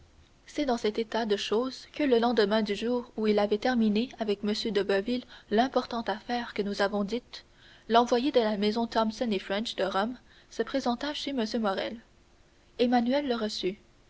c'est dans cet état de choses que le lendemain du jour où il avait terminé avec m de boville l'importante affaire que nous avons dite l'envoyé de la maison thomson et french de rome se présenta chez m morrel emmanuel le reçut